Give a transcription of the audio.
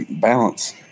balance